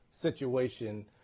situation